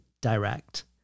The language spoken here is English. direct